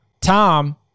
Tom